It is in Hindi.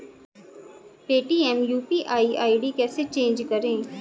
पेटीएम यू.पी.आई आई.डी कैसे चेंज करें?